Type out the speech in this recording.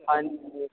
ਹਾਂਜੀ